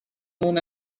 known